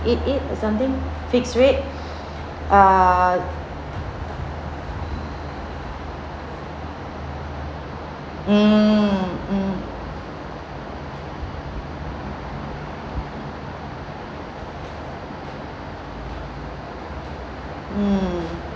eight eight or something fixed rate err mm mm mm